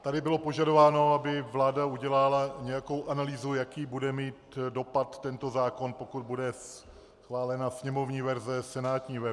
Tady bylo požadováno, aby vláda udělala nějakou analýzu, jaký bude mít dopad tento zákon, pokud bude schválena sněmovní verze, senátní verze.